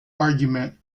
argument